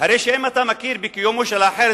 הרי שאם אתה מכיר בקיומו של האחר,